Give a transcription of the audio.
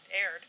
aired